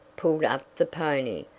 pulled up the pony,